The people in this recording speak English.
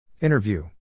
Interview